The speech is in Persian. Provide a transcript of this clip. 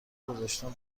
گذاشتم